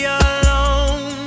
alone